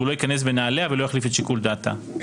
ולא ייכנס בנעליה ולא יחליף את שיקול דעתה.